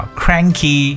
cranky